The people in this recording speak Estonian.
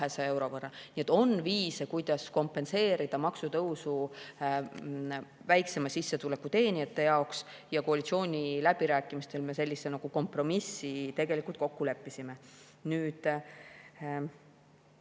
Nii et on viise, kuidas kompenseerida maksutõusu väiksema sissetuleku teenijate jaoks, ja koalitsiooniläbirääkimistel me sellise kompromissi tegelikult kokku leppisime. Nüüd,